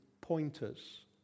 pointers